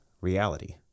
reality